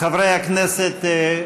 חברי הכנסת,